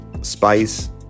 Spice